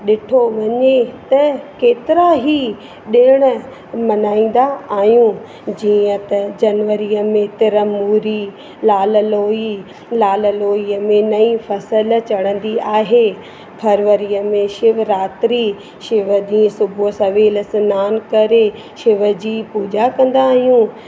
ॾिठो वञे त केतिरा ई ॾिण मल्हाईंदा आहियूं जीअं त जनवरीअ में तिर मूरी लाल लोई लाल लोईअ में नई फसल चढ़ंदी आहे फरवरीअ में शिवरात्री शिव जी सुबुह सवेल सनान करे शिव जी पूजा कंदा आहियूं